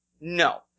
No